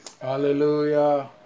Hallelujah